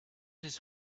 his